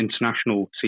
international